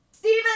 Steven